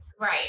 Right